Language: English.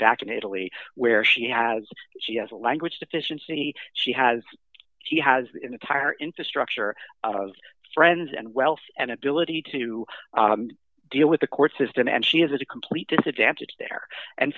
back in italy where she has she has a language deficiency she has he has the entire infrastructure of friends and wealth and ability to deal with the court system and she has a complete disadvantage there and